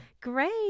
Great